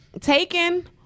taken